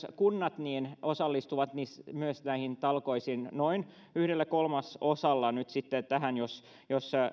ja kunnat osallistuvat näihin talkoisiin nyt sitten noin yhdellä kolmasosalla jos jos